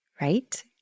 Right